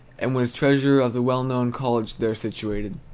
and was treasurer of the well-known college there situated.